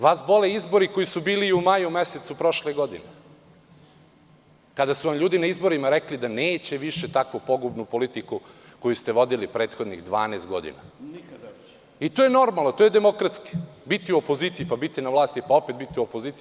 Vas bole izbori koji su bili i u maju mesecu prošle godine, kada su vam ljudi na izborima rekli da neće više takvu pogubnu politiku koju ste vodili prethodnih 12 godina i to je normalno, to je demokratski, biti u opoziciji, pa biti na vlasti, pa opet biti u opoziciji.